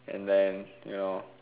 and then you know